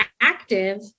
active